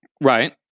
Right